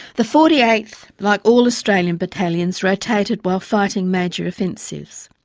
the forty eighth, like all australian battalions, rotated while fighting major offences.